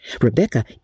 Rebecca